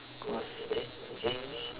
cause